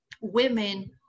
women